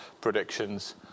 predictions